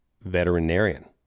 veterinarian